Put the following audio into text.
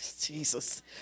Jesus